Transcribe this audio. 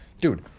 Dude